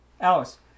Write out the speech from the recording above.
Alice